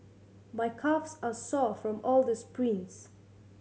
my calves are sore from all the sprints